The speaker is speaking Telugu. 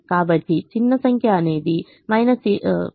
కాబట్టి చిన్న సంఖ్య అనేది 75